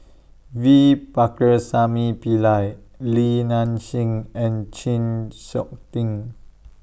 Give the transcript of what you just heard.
V Pakirisamy Pillai Li Nanxing and Chng Seok Tin